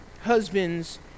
husbands